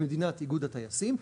במדינת איגוד הטייסים,